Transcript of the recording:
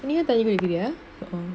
நீயு:neeyu thaiyub இருக்குரியா:irukuyaa oh